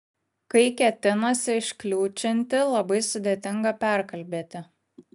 kai ketinasi iškliūčinti labai sudėtinga perkalbėti